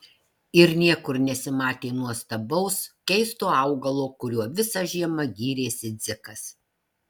ir niekur nesimatė nuostabaus keisto augalo kuriuo visą žiemą gyrėsi dzikas